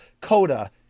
coda